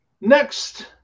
next